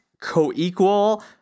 co-equal